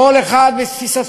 כל אחד בתפיסתו.